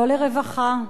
לא לרווחה,